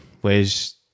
Whereas